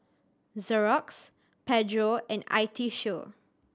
Xorex Pedro and I T Show